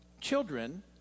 children